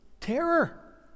terror